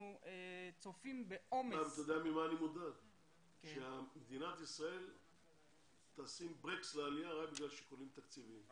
אני מודאג מכך שמדינת ישראל תשים ברקס לעלייה רק בגלל שיקולים תקציביים.